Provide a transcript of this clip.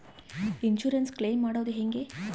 Insurance claim ಮಾಡದು ಹೆಂಗೆ?